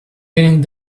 raining